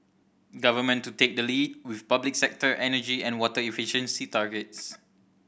government to take the lead with public sector energy and water efficiency targets